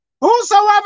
Whosoever